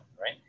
right